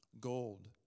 Gold